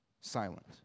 silent